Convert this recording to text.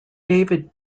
david